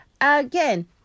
again